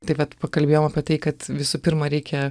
taip vat pakalbėjom apie tai kad visų pirma reikia